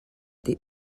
des